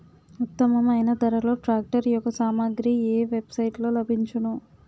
ఉత్తమమైన ధరలో ట్రాక్టర్ యెక్క సామాగ్రి ఏ వెబ్ సైట్ లో లభించును?